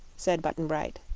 said button-bright.